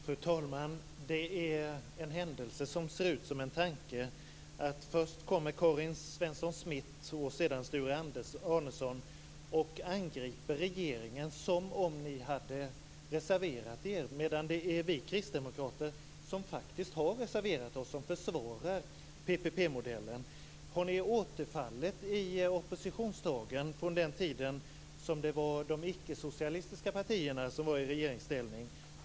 Fru talman! Det är en händelse som ser ut som en tanke att först kommer Karin Svensson Smith och sedan Sture Arnesson och angriper regeringen som om ni hade reserverat er, medan det är vi kristdemokrater, som faktiskt har reserverat oss, som försvarar PPP-modellen. Har ni återfallit i oppositionstagen från den tid då de icke-socialistiska partierna satt i regeringsställning?